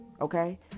Okay